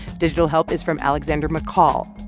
digital help is from alexander mccall.